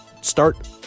start